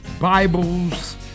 Bibles